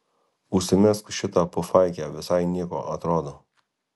užsimesk šitą pufaikę visai nieko atrodo